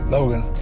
Logan